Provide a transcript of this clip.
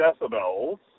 decibels